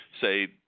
say